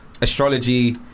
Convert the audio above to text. Astrology